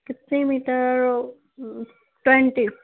کتنے metre twenty